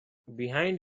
behind